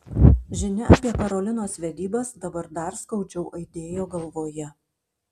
žinia apie karolinos vedybas dabar dar skaudžiau aidėjo galvoje